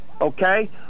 okay